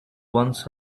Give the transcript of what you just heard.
once